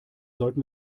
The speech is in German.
sollten